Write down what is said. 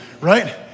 right